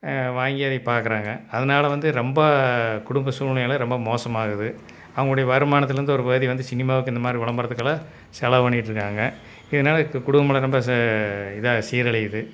வாங்கி அதை பார்க்குறாங்க அதனால வந்து ரொம்ப குடும்ப சூழ்நிலை ரொம்ப மோசமாகுது அவகளுடைய வருமானத்துலருந்து ஒரு பாதி வந்து சினிமாக்கே இந்தமாதிரி விளம்பரத்துக்குலான் செலவு பண்ணிகிட்டு இருக்கிறாங்க இதனால் குடும்பலாம் ரொம்ப இதாக சீரழியிது